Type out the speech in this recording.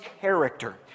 character